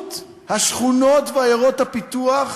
בזכות השכונות ועיירות הפיתוח,